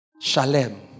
Shalem